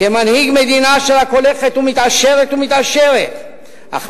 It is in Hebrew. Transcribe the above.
כמנהיג מדינה שרק הולכת ומתעשרת ומתעשרת אך